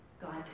God